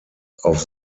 auf